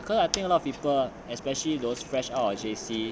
cause I think a lot of people especially those fresh out of J_C